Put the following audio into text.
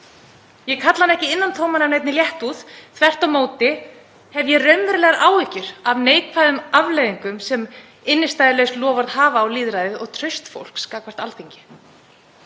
Ég kalla hann ekki innantóman af neinni léttúð. Þvert á móti hef ég raunverulegar áhyggjur af neikvæðum afleiðingum sem innstæðulaus loforð hafa á lýðræðið og traust fólks gagnvart Alþingi.